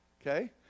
okay